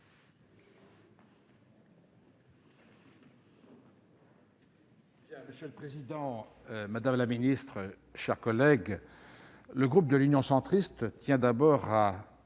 Monsieur le président, madame la ministre, mes chers collègues, le groupe Union Centriste tient à